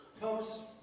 comes